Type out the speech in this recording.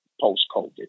post-covid